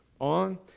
on